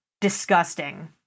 disgusting